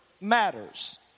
matters